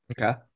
Okay